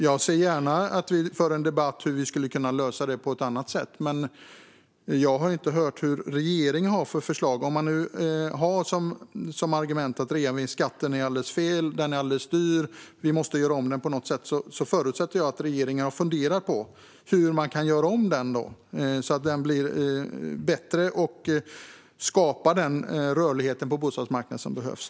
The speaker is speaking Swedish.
Jag ser gärna att vi för en debatt om hur vi skulle kunna lösa detta på ett annat sätt. Men jag har inte hört vad regeringen har för förslag. Om man nu har som argument att reavinstskatten är alldeles fel och alldeles för dyr och att vi måste göra om den på något sätt förutsätter jag att regeringen har funderat på hur man kan göra om den så att den blir bättre och skapar den rörlighet på bostadsmarknaden som behövs.